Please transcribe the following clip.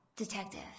detective